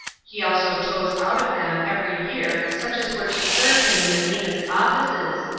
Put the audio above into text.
he also chose out of them every year such as were to serve him in the meanest offices,